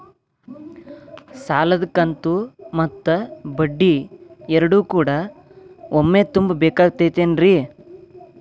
ಸಾಲದ ಕಂತು ಮತ್ತ ಬಡ್ಡಿ ಎರಡು ಕೂಡ ಒಮ್ಮೆ ತುಂಬ ಬೇಕಾಗ್ ತೈತೇನ್ರಿ?